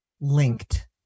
linked